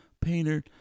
painter